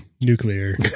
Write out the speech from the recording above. nuclear